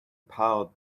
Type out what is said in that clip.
powered